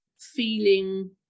feeling